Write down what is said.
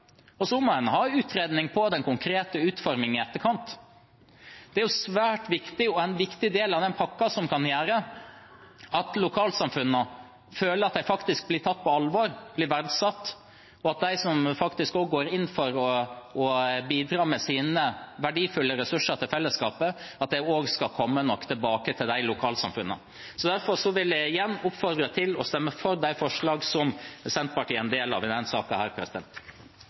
gode. Så må en ha en utredning om den konkrete utformingen i etterkant. Det er svært viktig og en viktig del av den pakken som kan gjøre at lokalsamfunnene føler at de faktisk blir tatt på alvor, at de blir verdsatt, og at når de går inn for å bidra med sine verdifulle ressurser til fellesskapet, skal det også komme noe tilbake til dem. Derfor vil jeg igjen oppfordre til å stemme for det forslaget som Senterpartiet er en del av i